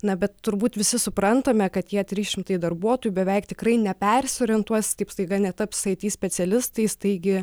na bet turbūt visi suprantame kad tie trys šimtai darbuotojų beveik tikrai nepersiorientuos taip staiga netaps it specialistais taigi